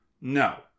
No